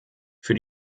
für